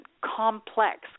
complex